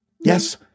Yes